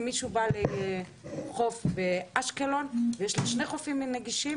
אם מישהו בא לחוף אשקלון ויש לו שני חופים נגישים,